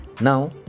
now